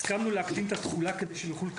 הסכמנו להקדים את התחולה כדי שהם יוכלו